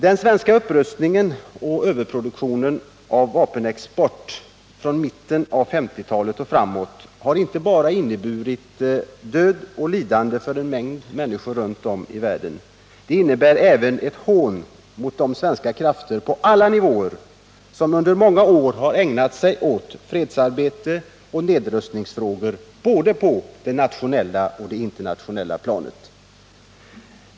Den svenska upprustningen med överproduktion och vapenexport från mitten av 1950-talet och framåt har inte bara inneburit död och lidande för en mängd människor runt om i världen. Den innebär även ett hån mot de svenska krafter på alla nivåer som under många år har ägnat sig åt fredsarbete och nedrustningsfrågor både på det nationella och på det internationella planet.